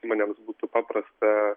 žmonėms būtų paprasta